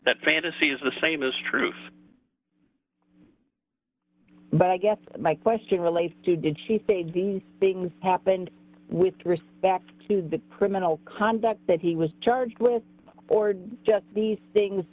that fantasy is the same as truth but i guess my question relates to did she say did things pop in with respect to the criminal conduct that he was charged or just these things